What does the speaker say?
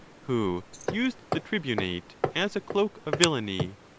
who used the tribunate as a cloak of villany.